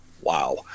wow